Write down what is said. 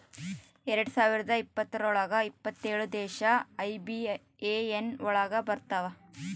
ಎರಡ್ ಸಾವಿರದ ಇಪ್ಪತ್ರೊಳಗ ಎಪ್ಪತ್ತೇಳು ದೇಶ ಐ.ಬಿ.ಎ.ಎನ್ ಒಳಗ ಬರತಾವ